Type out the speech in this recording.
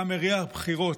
אתה מריח בחירות.